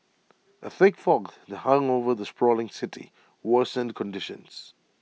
A thick fog that hung over the sprawling city worsened conditions